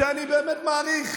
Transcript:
שאני באמת מעריך.